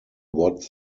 what